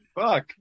fuck